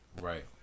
Right